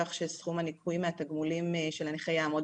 כך שסכום הניכוי מהתגמולים של הנכה יעמוד